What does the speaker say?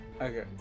Okay